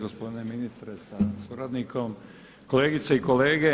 Gospodine ministre sa suradnikom, kolegice i kolege.